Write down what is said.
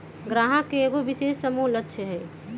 गाहक के एगो विशेष समूह लक्ष हई